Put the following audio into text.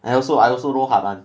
I also I also no heart ah